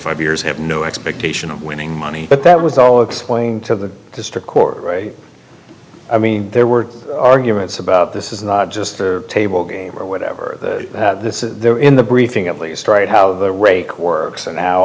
five years have no expectation of winning money but that was all explained to the district court i mean there were arguments about this is not just the table game or whatever this is there in the briefing at least right how the rake works and how